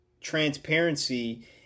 transparency